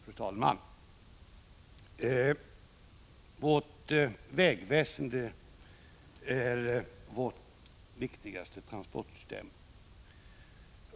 Fru talman! Vårt vägväsende är vårt viktigaste transportsystem.